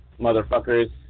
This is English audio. motherfuckers